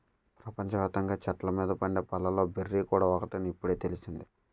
ప్రపంచ వ్యాప్తంగా చెట్ల మీద పండే పళ్ళలో బెర్రీ కూడా ఒకటని ఇప్పుడే తెలిసింది